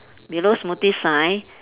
below smoothie sign